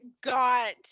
got